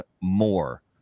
more